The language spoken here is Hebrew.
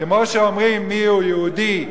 כמו שאומרים, מיהו יהודי,